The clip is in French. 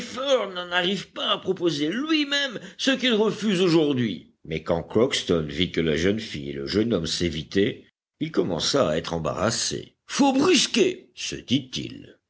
n'en arrive pas à proposer lui-même ce qu'il refuse aujourd'hui mais quand crockston vit que la jeune fille et le jeune homme s'évitaient il commença à être embarrassé faut brusquer se dit-il